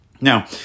Now